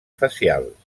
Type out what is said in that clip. facials